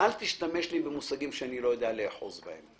אל תשתמש במושגים שאני לא יודע לאחוז בהם.